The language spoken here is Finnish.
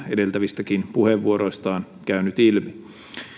edeltävistäkin puheenvuoroista on käynyt ilmi